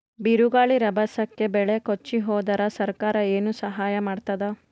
ಬಿರುಗಾಳಿ ರಭಸಕ್ಕೆ ಬೆಳೆ ಕೊಚ್ಚಿಹೋದರ ಸರಕಾರ ಏನು ಸಹಾಯ ಮಾಡತ್ತದ?